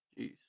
Jeez